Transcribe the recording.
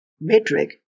metric